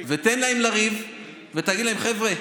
תן להם לריב ותגיד להם: חבר'ה,